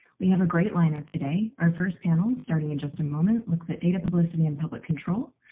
we have a great lineup today. our first panel, starting in just a moment, looks at data publicity and public control,